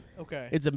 Okay